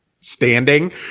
standing